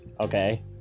Okay